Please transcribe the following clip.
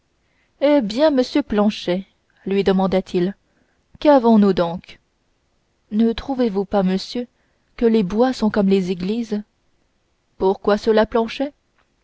eh bien monsieur planchet lui demanda-t-il qu'avons-nous donc ne trouvez-vous pas monsieur que les bois sont comme les églises pourquoi cela planchet